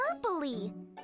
purpley